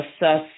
assess